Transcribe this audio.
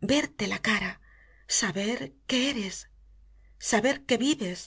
verte la cara saber que eres saber que vives